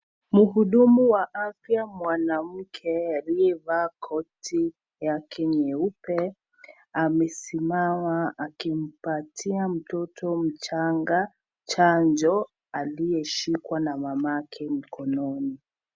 Mhudumu wa afya mwanamke aliyevaa koti yake nyeupe, amesimama akimpatia mtoto mchanga chanjo aliyeshikwa na mamake mkononi.